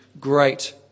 great